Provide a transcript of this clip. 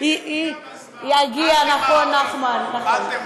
זה יגיע בזמן, אל תמהרי.